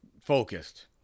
Focused